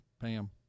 Pam